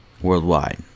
worldwide